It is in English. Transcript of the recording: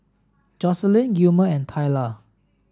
Jocelynn Gilmer and Tayla